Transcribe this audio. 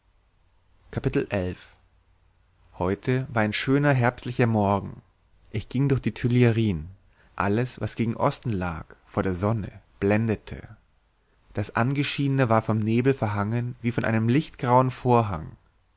heute war ein schöner herbstlicher morgen ich ging durch die tuilerien alles was gegen osten lag vor der sonne blendete das angeschienene war vom nebel verhangen wie von einem lichtgrauen vorhang